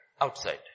Outside